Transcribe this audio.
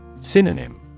Synonym